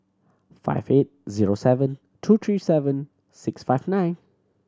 five eight zero seven two three seven six five nine